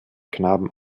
knaben